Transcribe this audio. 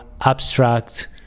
abstract